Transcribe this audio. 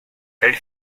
elle